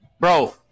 Bro